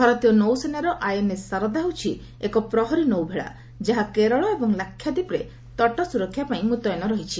ଭାରତୀୟ ନୌସେନାର ଆଇଏନ୍ଏସ୍ ସାରଦା ହେଉଛି ଏକ ପ୍ରହରୀ ନୌଭେଳା ଯାହା କେରଳ ଏବଂ ଲାକ୍ଷାଦ୍ୱୀପରେ ତଟ ସୁରକ୍ଷା ପାଇଁ ମୁତୟନ ରହିଛି